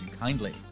kindly